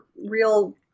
real